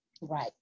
right